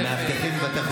מאבטחים בבתי